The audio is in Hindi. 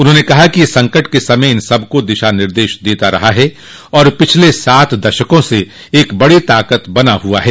उन्होंने कहा कि यह संकट के समय इन सबको दिशा निर्देश देता रहा है और पिछले सात दशकों से एक बड़ी ताकत बना हुआ है